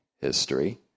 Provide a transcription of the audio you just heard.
history